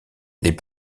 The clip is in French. les